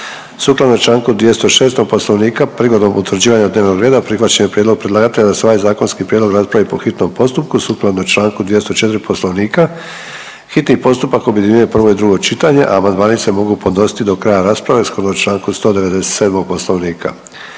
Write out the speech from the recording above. Sukladno čl. 206. Poslovnika prigodom utvrđivanja dnevnog reda prihvaćen je prijedlog predlagatelja da se ovaj zakonski prijedlog raspravi po hitnom postupku. Sukladno čl. 204 Poslovnika, hitni postupak objedinjuje prvo i drugo čitanje, a amandmani se mogu podnositi do kraja rasprave shodno čl. 197. Poslovnika.